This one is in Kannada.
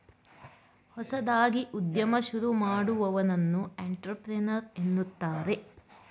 ಹೊಸದಾಗಿ ಉದ್ಯಮ ಶುರು ಮಾಡುವವನನ್ನು ಅಂಟ್ರಪ್ರಿನರ್ ಎನ್ನುತ್ತಾರೆ